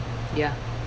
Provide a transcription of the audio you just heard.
ya